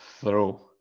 throw